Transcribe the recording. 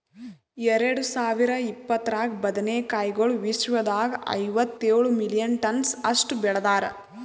ಎರಡು ಸಾವಿರ ಇಪ್ಪತ್ತರಾಗ ಬದನೆ ಕಾಯಿಗೊಳ್ ವಿಶ್ವದಾಗ್ ಐವತ್ತೇಳು ಮಿಲಿಯನ್ ಟನ್ಸ್ ಅಷ್ಟು ಬೆಳದಾರ್